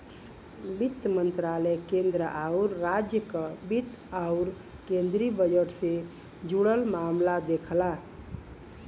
वित्त मंत्रालय केंद्र आउर राज्य क वित्त आउर केंद्रीय बजट से जुड़ल मामला देखला